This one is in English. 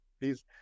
please